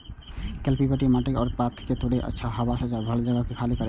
cultipacker माटिक ढेपा आ पाथर कें तोड़ै छै आ हवा सं भरल जगह कें खाली करै छै